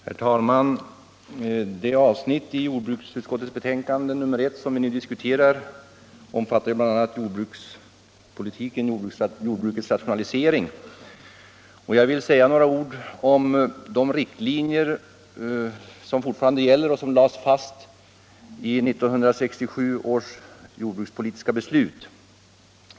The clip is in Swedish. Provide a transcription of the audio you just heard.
Herr talman! Det avsnitt i jordbruksutskottets betänkande nr 1 som vi nu diskuterar omfattar bl.a. jordbrukets rationalisering. Jag vill säga några ord om de riktlinjer för denna rationalisering som fortfarande gäller och som lades fast i 1967 års jordbrukspolitiska beslut.